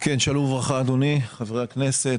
שלום וברכה אדוני, חבר הכנסת